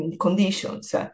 conditions